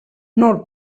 noll